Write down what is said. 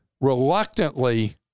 Reluctantly